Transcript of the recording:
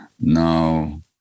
now